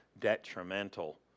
detrimental